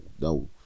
No